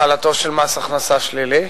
החלתו של מס הכנסה שלילי,